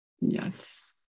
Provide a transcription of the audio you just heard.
Yes